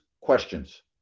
questions